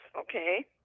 okay